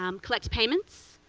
um collect payments,